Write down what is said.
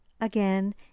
again